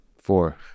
Four